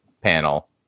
panel